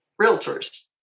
realtors